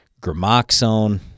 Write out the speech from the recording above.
Gramoxone